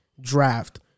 draft